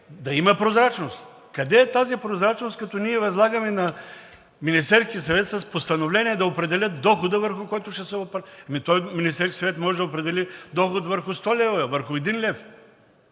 да има прозрачност. Къде е тази прозрачност, като ние възлагаме на Министерския съвет с постановление да определят дохода, върху който ще се... Ами Министерският съвет може да определи доход върху 100 лв., върху 1,00 лв.